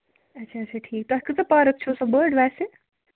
اَچھا اَچھا ٹھیٖک تۄہہِ کۭژاہ پارک چھَو سۄ بٔڈ ویسے